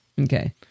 okay